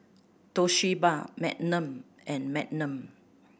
Toshiba Magnum and Magnum